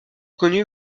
connu